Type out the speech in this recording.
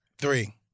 Three